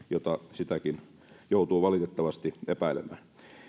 sitäkin joutuu valitettavasti epäilemään